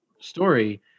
story